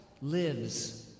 lives